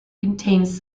contains